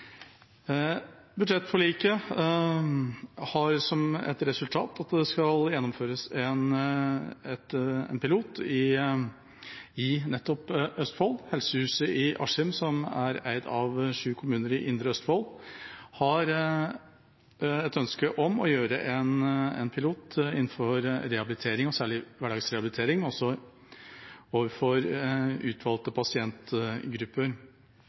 Budsjettforliket har som ett resultat at det skal gjennomføres en pilot i nettopp Østfold. Helsehuset i Askim, som er eid av sju kommuner i Indre Østfold, har et ønske om å gjøre en pilot innenfor rehabilitering, særlig hverdagsrehabilitering, overfor utvalgte pasientgrupper.